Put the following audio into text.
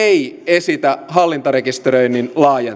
esitä hallintarekisteröinnin laajentamista laki